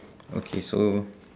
okay so